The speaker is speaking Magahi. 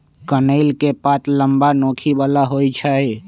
कनइल के पात लम्मा, नोखी बला होइ छइ